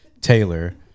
Taylor